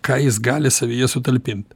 ką jis gali savyje sutalpint